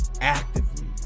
actively